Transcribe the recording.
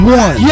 one